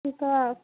किताब